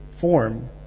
form